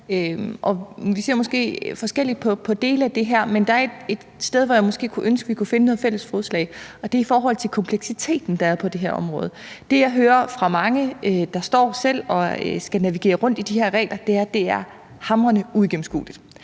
Vi ser måske forskelligt på dele af det her, men der er et sted, hvor jeg måske kunne ønske at vi kunne finde noget fælles fodslag. Det er i forhold til kompleksiteten, der er på det her område. Det, jeg hører fra mange, der står og selv skal navigere rundt i de her regler, er, at det er hamrende uigennemskueligt.